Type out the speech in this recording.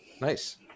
nice